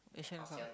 Asian-CUp